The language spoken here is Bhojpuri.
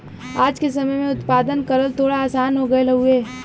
आज के समय में उत्पादन करल थोड़ा आसान हो गयल हउवे